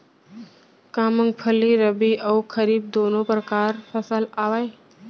का मूंगफली रबि अऊ खरीफ दूनो परकार फसल आवय?